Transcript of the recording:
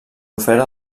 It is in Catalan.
ofert